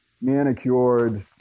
manicured